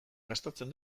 gastatzen